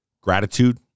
gratitude